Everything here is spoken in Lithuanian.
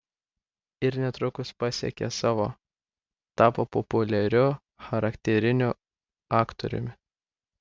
ir netrukus pasiekė savo tapo populiariu charakteriniu aktoriumi